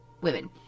women